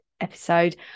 episode